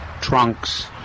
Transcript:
trunks